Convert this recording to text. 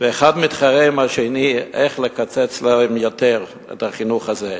ואחד מתחרה בשני איך לקצץ יותר בחינוך הזה,